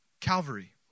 Calvary